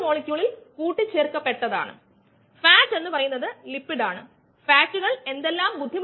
k 1 Et enzyme substrate complex S ലേക്ക് ഇത് ഇവിടെ സാധാരണമാണ് അതിനാൽ k 2 k 3 ES ലേക്ക്